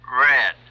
Red